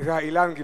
אילן גילאון.